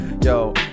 yo